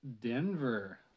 Denver